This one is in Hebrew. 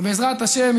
ובעזרת השם,